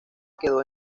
quedó